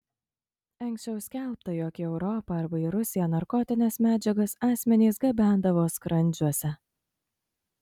anksčiau skelbta jog į europą arba į rusiją narkotines medžiagas asmenys gabendavo skrandžiuose